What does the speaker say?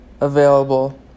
available